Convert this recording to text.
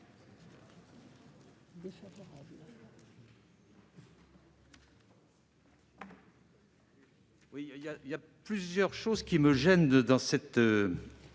Merci,